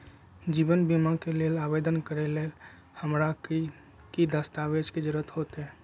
जीवन बीमा के लेल आवेदन करे लेल हमरा की की दस्तावेज के जरूरत होतई?